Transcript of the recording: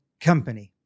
company